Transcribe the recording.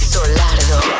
Solardo